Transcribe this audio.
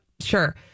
sure